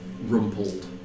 rumpled